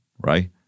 right